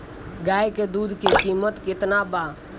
गाय के दूध के कीमत केतना बा?